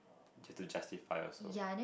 has to justify also